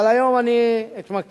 היום אני אתמקד